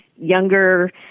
younger